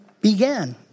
began